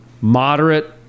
Moderate